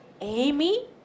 Amy